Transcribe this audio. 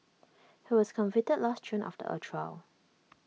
he was convicted last June after A trial